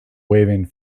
waving